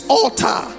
altar